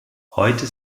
heute